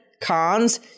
Cons